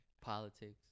Politics